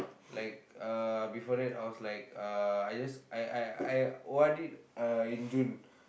like uh before that I was like uh I just I I I O_R_D-ed in June